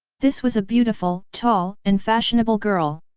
this was a beautiful, tall, and fashionable girl.